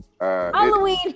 Halloween